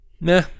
Nah